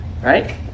right